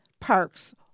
Parks